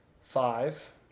five